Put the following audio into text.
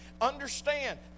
Understand